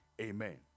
Amen